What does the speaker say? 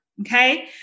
Okay